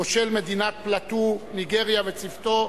מושל מדינת פלאטו, ניגריה, וצוותו.